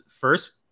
first